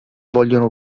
vogliono